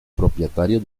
propietario